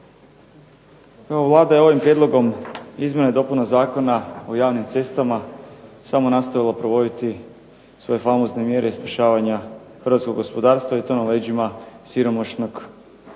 Vlada je ovim Prijedlogom izmjena i dopuna Zakona o javnim cestama samo nastavila provoditi svoje famozne mjere spašavanja hrvatskog gospodarstva i to na leđima siromašnog građanstva.